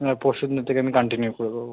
হ্যাঁ পরশু দিনের থেকে আমি কান্টিনিউ করে দেবো